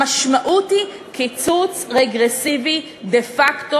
המשמעות היא קיצוץ רגרסיבי דה פקטו